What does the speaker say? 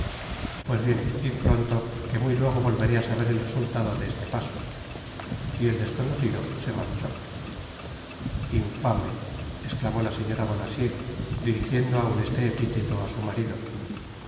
pues bien id pronto que muy luego volveré á saber el resultado de este paso y el desconocido se marchó infame esclamó la señora bonacieux dirigiendo aun este epiteto á su marido